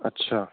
अच्छा